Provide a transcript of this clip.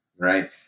right